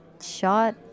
shot